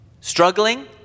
Struggling